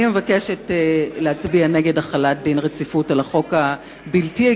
אני מבקשת להצביע נגד החלת דין רציפות על החוק הבלתי-הגיוני,